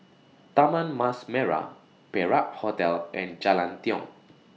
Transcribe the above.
Taman Mas Merah Perak Hotel and Jalan Tiong